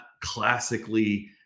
classically